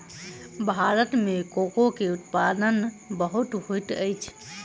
भारत में कोको के उत्पादन बहुत होइत अछि